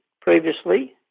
previously